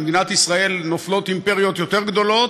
במדינת ישראל נופלות אימפריות יותר גדולות,